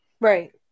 Right